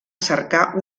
cercar